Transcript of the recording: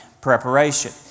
preparation